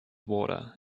water